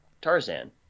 tarzan